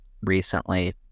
recently